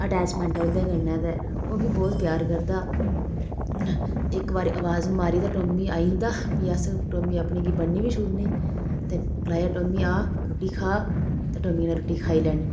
attachment ऐ ओह्दे कन्नै ते ओह् बी बोह्त प्यार करदा इक बारी अवाज़ मारी ते टॉमी आई जंदा फ्ही अस टॉमी अपने गी बन्नी बी छुड़ने ते गलाया टॉमी आ रुट्टी खा ते टॉमी ने रुट्टी खाई लैनी